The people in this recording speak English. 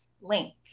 link